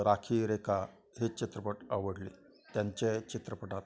राखी रेखा हे चित्रपट आवडले त्यांच्या चित्रपटात